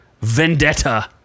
VENDETTA